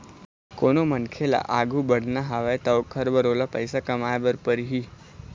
कोनो मनखे ल आघु बढ़ना हवय त ओखर बर ओला पइसा कमाए बर परही